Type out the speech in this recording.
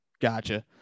Gotcha